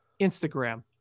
Instagram